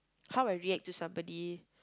how I react to somebody